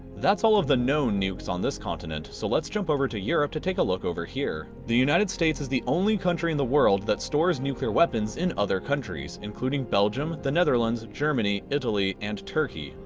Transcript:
that's all of the known nukes on this continent, so let's jump over to europe to take a look over here. the united states is the only country in the world that stores nuclear weapons in other countries, including belgium, the netherlands, germany, italy, and turkey.